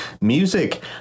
Music